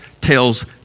tells